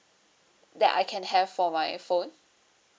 that I can have for my phone